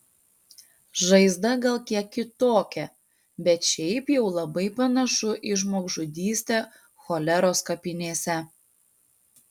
žaizda gal kiek kitokia bet šiaip jau labai panašu į žmogžudystę choleros kapinėse